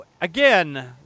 again